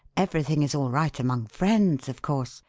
everything is all right among friends, of course,